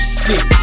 sick